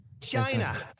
China